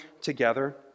together